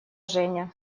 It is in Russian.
женя